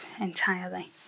entirely